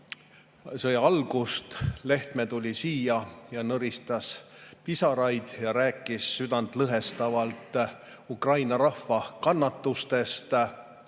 sõja algust Lehtme tuli siia ja nõristas pisaraid ja rääkis südantlõhestavalt Ukraina rahva kannatustest,